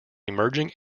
emerging